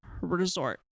resort